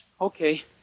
Okay